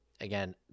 Again